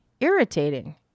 irritating